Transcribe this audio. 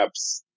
apps